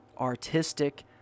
artistic